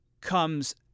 comes